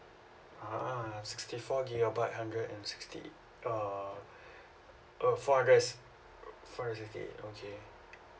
a'ah sixty four gigabyte hundred and sixty uh uh four hundred and si~ four hundred and sixty eight okay